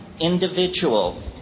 individual